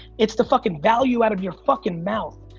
it's the fucking value out of your fucking mouth.